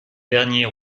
dernier